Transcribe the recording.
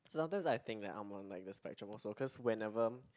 sometimes I think that I'm on like the spectrum also cause whenever